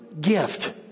gift